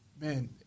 man